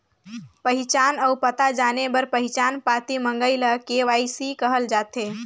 पहिचान अउ पता जाने बर पहिचान पाती मंगई ल के.वाई.सी कहल जाथे